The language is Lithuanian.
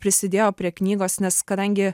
prisidėjo prie knygos nes kadangi